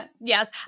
Yes